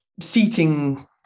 seating